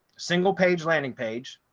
single page landing page,